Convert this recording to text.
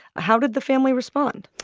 how did the family respond?